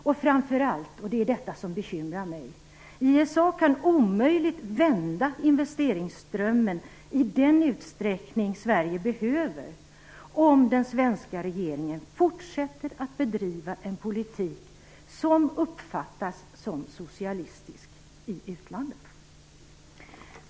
Och framför allt kan ISA omöjligt lyckas vända investeringsströmmen i den utsträckning Sverige behöver, om den svenska regeringen fortsätter att bedriva en politik som uppfattas som socialistisk i utlandet.